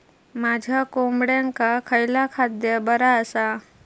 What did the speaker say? माझ्या कोंबड्यांका खयला खाद्य बरा आसा?